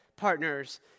partners